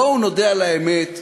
בואו נודה על האמת,